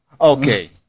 Okay